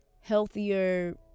healthier